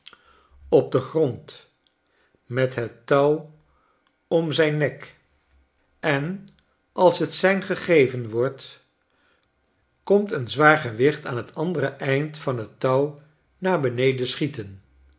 op den grond met het touw om zijn nek en als het sein gegeven wordt komt een zwaar gewicht aan t andere eind van y t touw naar beneden schieten